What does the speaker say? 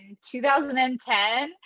2010